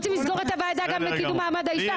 רוצים לסגור את הוועדה לקידום מעמד האישה?